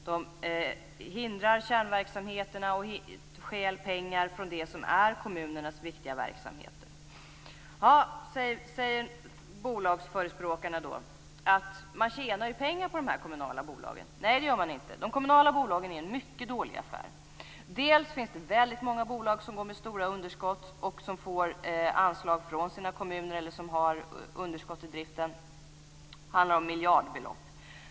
De hindrar kärnverksamheterna och stjäl pengar från det som är kommunernas viktiga verksamheter. Bolagsförespråkarna säger då att man tjänar pengar på de här kommunala bolagen. Nej, det gör man inte! De kommunala bolagen är en mycket dålig affär. Dels finns det väldigt många bolag som går med stora underskott och som får anslag från sina kommuner eller som har underskott i driften. Det handlar om miljardbelopp.